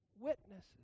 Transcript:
witnesses